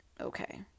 okay